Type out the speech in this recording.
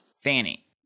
Fanny